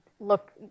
look